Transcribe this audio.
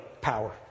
power